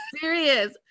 serious